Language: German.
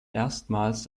erstmals